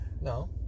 No